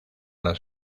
las